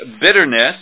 bitterness